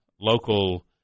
local